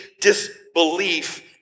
disbelief